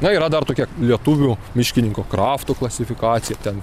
na yra dar tokia lietuvių miškininko krafto klasifikacija ten